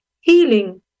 healing